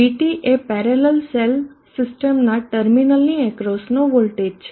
VT એ parallel cell સીસ્ટમનાં ટર્મિનલની અક્રોસનો વોલ્ટેજ છે